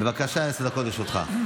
בבקשה, עשר דקות לרשותך.